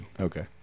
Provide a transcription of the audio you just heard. okay